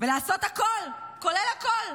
ולעשות הכול כולל הכול,